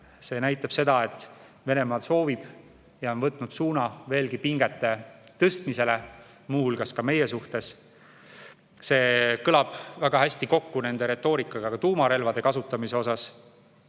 See näitab seda, et Venemaa on võtnud suuna pingete veelgi rohkem tõstmisele, muu hulgas ka meie suhtes. See kõlab väga hästi kokku nende retoorikaga tuumarelvade kasutamise teemal.